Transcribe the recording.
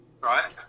right